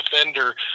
offender